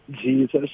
Jesus